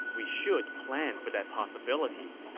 we should plan for that possibility.